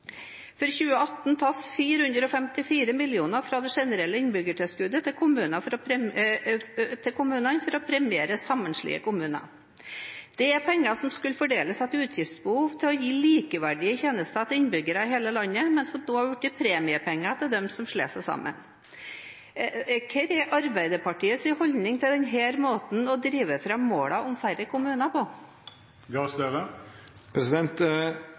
For 2018 tas 454 mill. kr fra det generelle innbyggertilskuddet til kommunene for å premiere sammenslåtte kommuner. Det er penger som skulle fordeles etter utgiftsbehov for å gi likeverdige tjenester til innbyggerne i hele landet, men som nå har blitt premiepenger til dem som slår seg sammen. Hva er Arbeiderpartiets holdning til denne måten å drive fram målene om færre kommuner på?